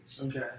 Okay